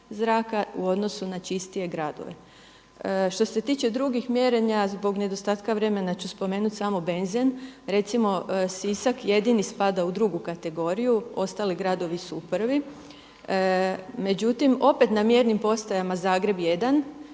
u odnosu na čistije gradove. Što se tiče drugih mjerenja zbog nedostatka vremena ću spomenuti samo benzin. Recimo Sisak jedini spada u drugu kategoriju, ostali gradovi su u prvoj. Međutim, opet na mjernim postajama Zagreb